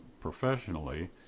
professionally